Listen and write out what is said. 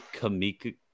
kamika